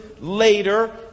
later